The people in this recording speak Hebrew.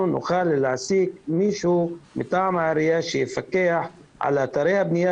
נוכל להעסיק מישהו מטעם העירייה שיפקח על אתרי הבנייה